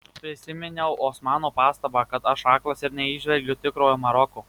prisiminiau osmano pastabą kad aš aklas ir neįžvelgiu tikrojo maroko